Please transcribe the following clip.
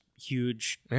huge